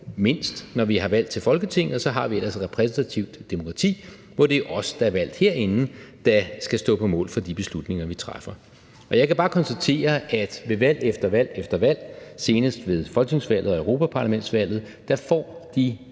mindst, når vi har valg til Folketinget, og så har vi ellers repræsentativt demokrati, hvor det er os, der er valgt herinde, der skal stå på mål for de beslutninger, vi træffer. Jeg kan bare konstatere, at ved valg efter valg – senest ved folketingsvalget og europaparlamentsvalget – får de